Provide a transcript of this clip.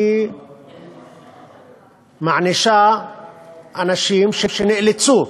היא מענישה אנשים שנאלצו